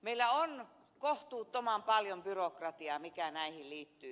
meillä on kohtuuttoman paljon byrokratiaa mikä näihin liittyy